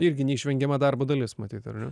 irgi neišvengiama darbo dalis matyt ar ne